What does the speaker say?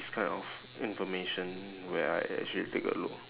this kind of information where I actually take a look